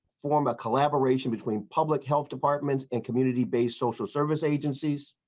form a collaboration between public health departments in community-based social service agencies.